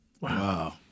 Wow